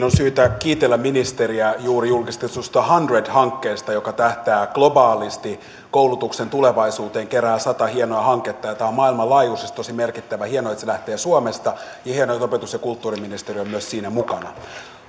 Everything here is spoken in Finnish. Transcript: on syytä kiitellä ministeriä juuri julkistetusta hundred hankkeesta joka tähtää globaalisti koulutuksen tulevaisuuteen kerää sata hienoa hanketta tämä on maailmanlaajuisesti tosi merkittävä hienoa että se lähtee suomesta ja hienoa että opetus ja kulttuuriministeriö on myös siinä mukana